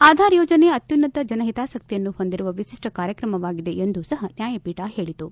ಆಧಾರ್ ಯೋಜನೆ ಅತ್ಲುನ್ನತ ಜನಹಿತಾಸಕ್ತಿಯನ್ನು ಹೊಂದಿರುವ ವಿಶಿಷ್ಟ ಕಾರ್ಯಕ್ರಮವಾಗಿದೆ ಎಂದೂ ಸಹ ನ್ಯಾಯಪೀಠ ಹೇಳಿತು